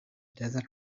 desert